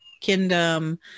kingdom